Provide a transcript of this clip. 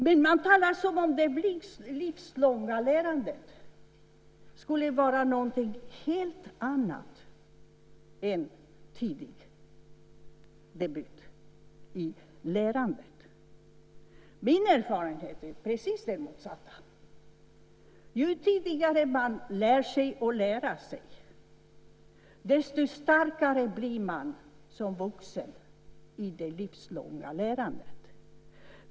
Men man talar som om det livslånga lärandet skulle vara någonting helt annat än tidig debut i lärandet. Min erfarenhet är precis den motsatta. Ju tidigare man lär sig att lära sig, desto starkare blir man som vuxen i det livslånga lärandet.